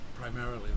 primarily